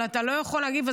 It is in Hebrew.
אבל אתה לא יכול להגיב,